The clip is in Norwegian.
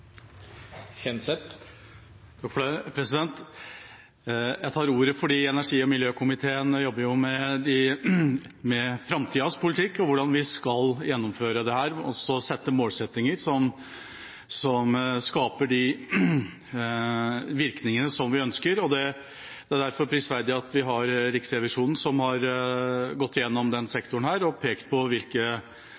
Jeg tar ordet fordi energi- og miljøkomiteen jobber med framtidens politikk og hvordan vi skal gjennomføre dette, og så sette mål som skaper de virkningene vi ønsker. Det er derfor prisverdig at vi har Riksrevisjonen, som har gått